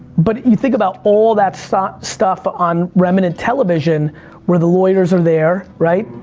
but you think about all that stuff stuff on remittent television where the lawyers are there. right?